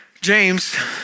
James